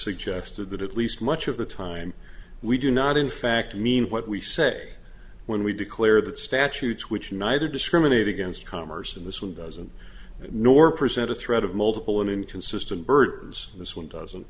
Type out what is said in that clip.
suggested that at least much of the time we do not in fact mean what we say when we declare that statutes which neither discriminate against commerce in this windows and nor present a threat of multiple inconsistent birds this one doesn't